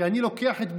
כי אני לוקח את בנימין,